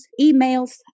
emails